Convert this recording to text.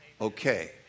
okay